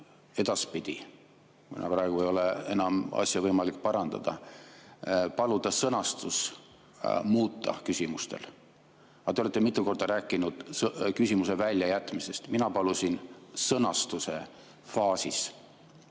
edaspidi – praegu ei ole enam asja võimalik parandada – paluda küsimuste sõnastust muuta. Aga te olete mitu korda rääkinud küsimuse väljajätmisest. Mina palusin sõnastuse faasis